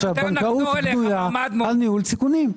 בנקאות בנויה על ניהול סיכונים.